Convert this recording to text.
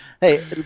Hey